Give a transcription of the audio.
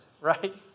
right